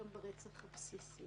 גם את יכולת השליטה העצמית.